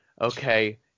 Okay